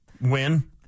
win